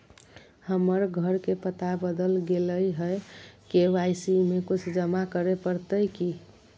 हमर घर के पता बदल गेलई हई, के.वाई.सी में कुछ जमा करे पड़तई की?